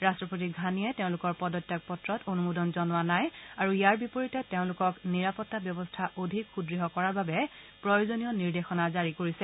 ৰাট্টপতি ঘানীয়ে তেওঁলোকৰ পদত্যাগ পত্ৰত অনুমোদন জনোৱা নাই আৰু ইয়াৰ বিপৰীতে তেওঁলোকক নিৰাপত্তা ব্যৱস্থা অধিক সূদ্য় কৰাৰ বাবে প্ৰয়োজনীয় নিৰ্দেশনা জাৰি কৰিছে